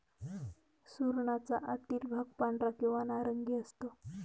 सुरणाचा आतील भाग पांढरा किंवा नारंगी असतो